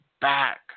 back